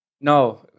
No